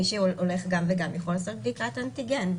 מי שהולך גם וגם יכול לעשות בדיקת אנטיגן,